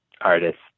artists